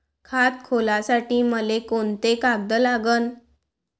खात खोलासाठी मले कोंते कागद लागन?